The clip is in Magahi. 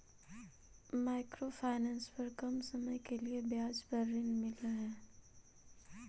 माइक्रो फाइनेंस पर कम समय के लिए ब्याज पर ऋण मिलऽ हई